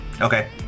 Okay